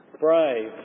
brave